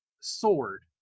sword